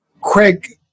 Craig